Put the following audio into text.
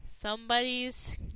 Somebody's